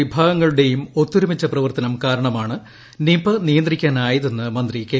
വിഭാഗങ്ങളുടെയും ഒത്ത്രൂരുമിച്ച പ്രവർത്തനം കാരണമാണ് നിപ നീയന്ത്രിക്കാനായതെന്ന് മന്ത്രി കെ